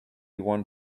one